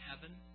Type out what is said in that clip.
heaven